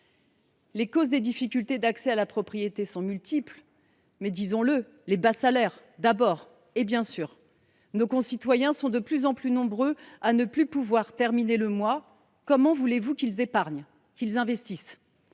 Les causes des difficultés d’accès à la propriété sont multiples. Il y a d’abord les bas salaires, bien sûr. Nos concitoyens sont de plus en plus nombreux à ne plus pouvoir terminer le mois. Comment voulez vous qu’ils épargnent ou investissent ?